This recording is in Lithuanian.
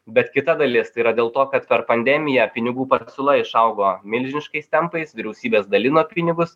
bet kita dalis tai yra dėl to kad per pandemiją pinigų pasiūla išaugo milžiniškais tempais vyriausybės dalino pinigus